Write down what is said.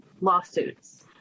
lawsuits